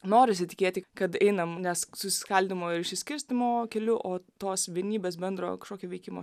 norisi tikėti kad einam nes susiskaldymo ir išsiskirstymo keliu o tos vienybės bendro kažkokio veikimo